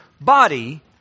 body